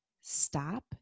stop